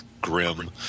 grim